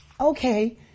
okay